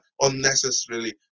unnecessarily